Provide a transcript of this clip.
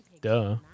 duh